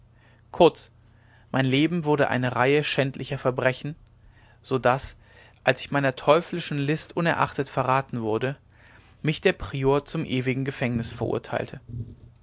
kurz mein leben wurde eine reihe schändlicher verbrechen so daß als ich meiner teuflischen list unerachtet verraten wurde mich der prior zum ewigen gefängnis verurteilte